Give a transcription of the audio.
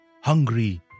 Hungry